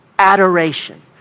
adoration